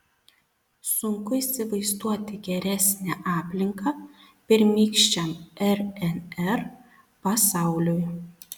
sunku įsivaizduoti geresnę aplinką pirmykščiam rnr pasauliui